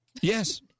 Yes